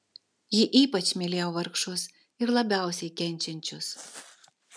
ji ypač mylėjo vargšus ir labiausiai kenčiančius